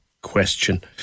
question